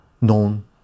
known